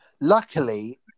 Luckily